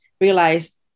realized